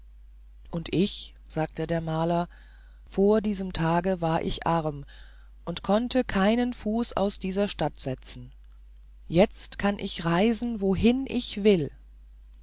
und ich rief der maler vor diesem tage war ich arm und konnte keinen fuß aus dieser stadt setzen und jetzt kann ich reisen wohin ich will